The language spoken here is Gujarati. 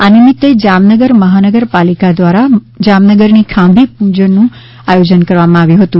આ નિમિતે જામનગર મહાનગર પાલિકા દ્વારા જામનગરની ખાંભી પૂજનનું આયોજન કરવામાં આવ્યું હતું